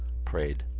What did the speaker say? prayed.